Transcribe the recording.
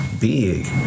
big